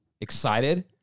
excited